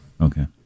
Okay